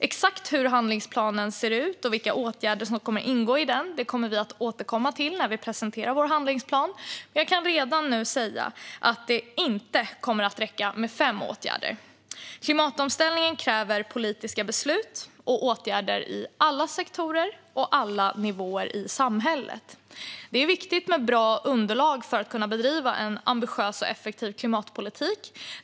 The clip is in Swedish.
Exakt hur handlingsplanen ser ut och vilka åtgärder som kommer att ingå i den kommer vi att återkomma till när vi presenterar vår handlingsplan, men jag kan redan nu säga att det inte kommer att räcka med fem åtgärder. Klimatomställningen kräver politiska beslut och åtgärder i alla sektorer och på alla nivåer i samhället. Det är viktigt med bra underlag för att kunna bedriva en ambitiös och effektiv klimatpolitik.